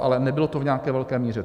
Ale nebylo to v nějaké velké míře.